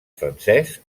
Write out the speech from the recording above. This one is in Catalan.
francès